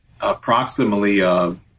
approximately